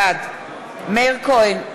בעד מאיר כהן,